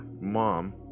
mom